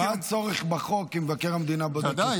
מה הצורך בחוק אם מבקר המדינה בודק?